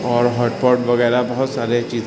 اور hot pot وغیرہ بہت ساری چیز